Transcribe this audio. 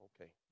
okay